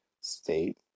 state